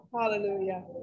Hallelujah